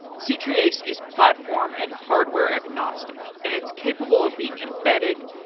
c-treeace is platform and hardware-agnostic and it's capable of being embedded,